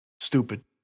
Stupid